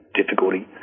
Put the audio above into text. difficulty